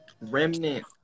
remnant